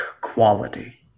quality